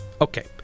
Okay